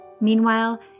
Meanwhile